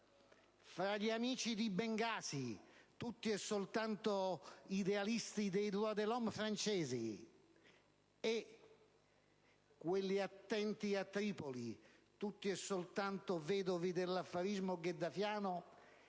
fra gli amici di Bengasi - tutti e soltanto idealisti dei *droits de l'homme* francesi - e quelli attenti a Tripoli - tutti e soltanto vedovi dell'affarismo gheddafiano